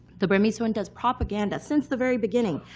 the burmese junta's propaganda, since the very beginning,